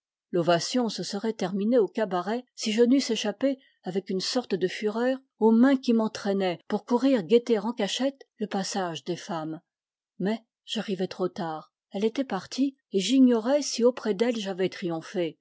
l'ovation se serait terminée au cabaret si je n'eusse échappé avec une sorte de fureur aux mains qui m'entraînaient pour courir guetter en cachette le passage des femmes mais j'arrivai trop tard elle était partie et j'ignorais si auprès d'elle j'avais triomphé